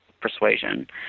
persuasion